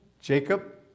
Jacob